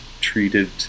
treated